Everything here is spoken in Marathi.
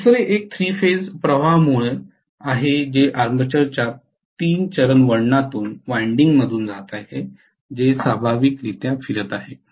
दुसरे एक 3 फेज प्रवाहांमुळे आहे जे आर्मेचरच्या 3 चरण वळणातून जात आहे जे स्वाभाविकरीत्या फिरत आहे